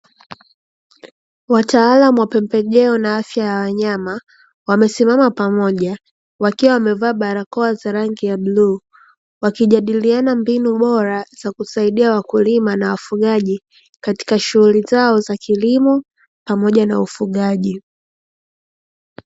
Wataalamu wa pembejeo na afya ya wanyama, wamesimama pamoja wakiwa wamevaa barakoa za rangi ya bluu. Wakijadiliana mbinu bora za kusaidia wakulima na wafugaji katika shughuli zao za kilimo pamoja na ufugaji.